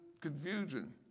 confusion